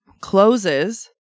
closes